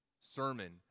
sermon